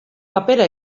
papera